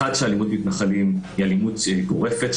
אחד שאלימות מתנחלים היא אלימות שגורפת,